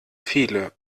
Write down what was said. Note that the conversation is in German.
viele